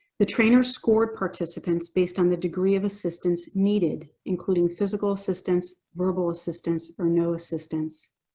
the trainer scored participants based on the degree of assistance needed including physical assistance, verbal assistance, or no assistance.